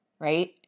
right